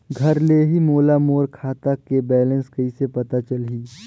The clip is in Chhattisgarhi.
घर ले ही मोला मोर खाता के बैलेंस कइसे पता चलही?